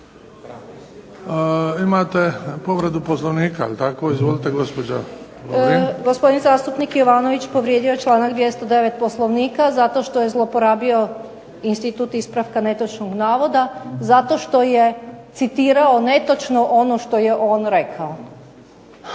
Imate povredu Poslovnika, jel' tako? Izvolite gospođa Lovrin. **Lovrin, Ana (HDZ)** Gospodin zastupnik Jovanović povrijedio je članak 209. Poslovnika zato što je zlouporabio institut ispravka netočnog navoda, zato što je citirao netočno ono što je on rekao.